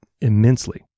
immensely